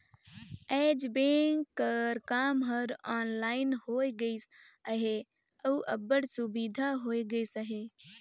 आएज बेंक कर काम हर ऑनलाइन होए गइस अहे अउ अब्बड़ सुबिधा होए गइस अहे